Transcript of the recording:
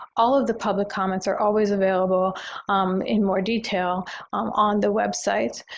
all of the public comments are always available in more detail on the website.